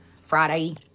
Friday